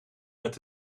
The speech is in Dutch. met